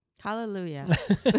Hallelujah